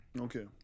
Okay